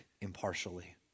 impartially